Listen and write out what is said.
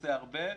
ועושה הרבה.